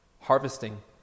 harvesting